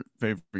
favorite